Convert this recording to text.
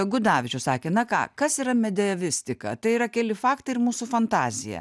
gudavičius sakė na ką kas yra medievistika tai yra keli faktai ir mūsų fantazija